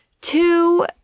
Two